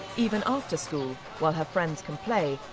even after school, while her friends can play,